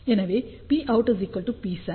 எனவே Pout Psat